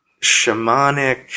shamanic